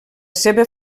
seva